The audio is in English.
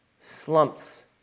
slumps